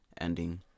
ending